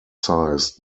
sized